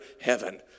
heaven